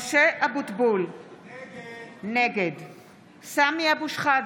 משה אבוטבול, נגד סמי אבו שחאדה,